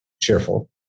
cheerful